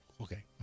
okay